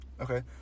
Okay